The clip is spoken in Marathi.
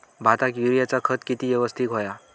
भाताक युरियाचा खत किती यवस्तित हव्या?